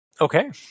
Okay